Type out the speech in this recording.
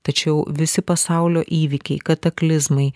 tačiau visi pasaulio įvykiai kataklizmai